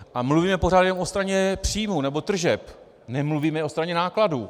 A mluvíme pořád jenom o straně příjmů nebo tržeb, nemluvíme o straně nákladů.